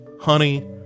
Honey